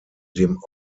dem